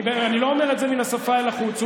אני לא אומר את זה מן השפה אל החוץ.